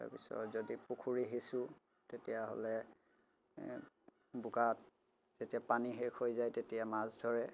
তাৰ পিছত যদি পুখুৰী সিঁচো তেতিয়াহ'লে বোকাত যেতিয়া পানী শেষ হৈ যায় তেতিয়া মাছ ধৰে